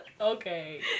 okay